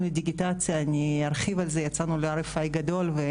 לדיגיטציה אני ארחיב על זה יצאנו ל-RFI גדול.